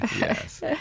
Yes